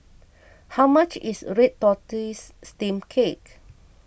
how much is Red Tortoise Steamed Cake